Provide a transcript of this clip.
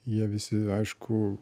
jie visi aišku